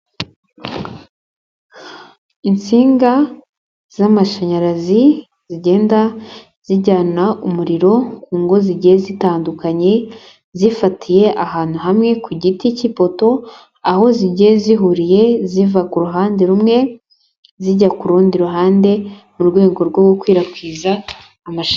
Insinga z'amashanyarazi zigenda zijyana umuriro ngo zijye zitandukanye zifatiye ahantu hamwe ku giti cy'ipoto aho zigiye zihuriye ziva ku ruhande rumwe zijya ku rundi ruhande mu rwego rwo gukwirakwiza amashami.